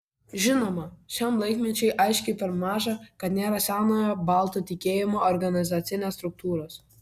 žinoma šiam laikmečiui aiškiai per maža kad nėra senojo baltų tikėjimo organizacinės struktūros